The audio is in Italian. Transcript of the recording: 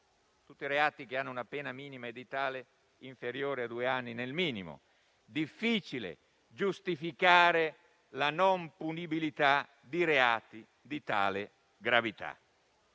tutti reati che hanno una pena minima edittale inferiore a due anni nel minimo. Difficile giustificare la non punibilità di reati di tale gravità.